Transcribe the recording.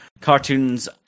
cartoons